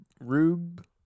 rube